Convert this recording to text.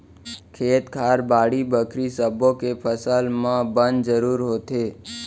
खेत खार, बाड़ी बखरी सब्बो के फसल म बन जरूर होथे